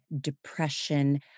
depression